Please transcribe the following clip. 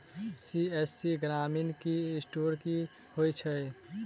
CSC ग्रामीण e store की होइ छै?